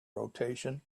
rotation